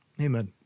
Amen